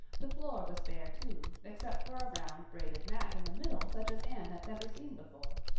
the floor was bare, too, except for a round braided mat in the middle such as anne had never seen before.